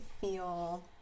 feel